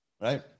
right